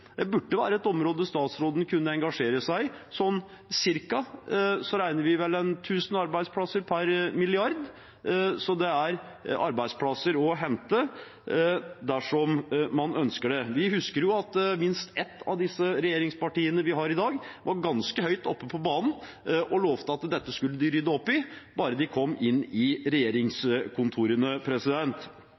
Det burde være et område statsråden kunne engasjere seg i. Vi regner vel ca. 1 000 arbeidsplasser per milliard, så det er arbeidsplasser å hente dersom man ønsker det. Vi husker jo at minst ett av regjeringspartiene vi har i dag, var ganske høyt på banen og lovte at dette skulle de rydde opp i bare de kom inn i regjeringskontorene.